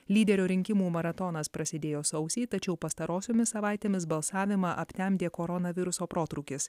lyderio rinkimų maratonas prasidėjo sausį tačiau pastarosiomis savaitėmis balsavimą aptemdė koronaviruso protrūkis